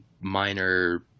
minor